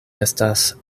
estas